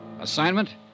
Assignment